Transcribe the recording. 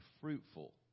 fruitful